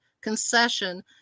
concession